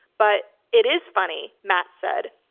but it is funny. matt said,